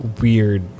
weird